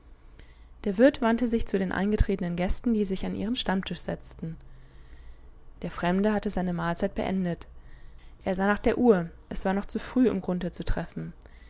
der wirt wandte sich zu den eingetretenen gästen die sich an ihren stammtisch setzten der fremde hatte seine mahlzeit beendet er sah nach der uhr es war noch zu früh um grunthe zu treffen